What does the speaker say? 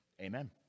Amen